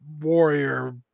warrior